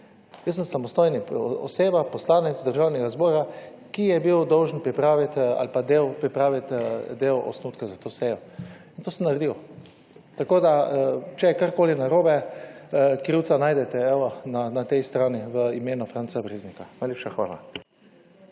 Jaz sem samostojna oseba, poslanec Državnega zbora, ki je bil dolžan pripraviti ali pa pripraviti del osnutka za to sejo in to sem naredil. Tako d,a če je karkoli narobe, krivca najdete, evo, na tej strani, v imenu Franca Breznika. Najlepša hvala.